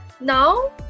now